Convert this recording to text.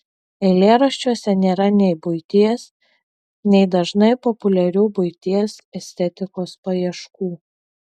eilėraščiuose nėra nei buities nei dažnai populiarių buities estetikos paieškų